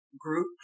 group